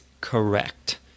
correct